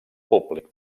públic